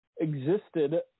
existed